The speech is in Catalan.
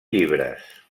llibres